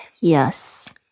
Yes